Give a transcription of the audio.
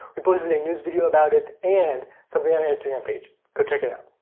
we posted a news video about it and something on our instagram page. go check it out.